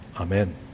Amen